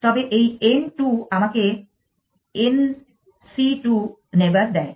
তবে এই n 2 আমাকে n c 2 নেইবার দেয়